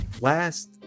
last